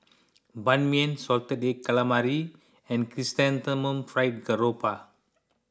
Ban Mian Salted Egg Calamari and Chrysanthemum Fried Garoupa